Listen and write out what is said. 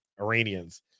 Iranians